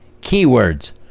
Keywords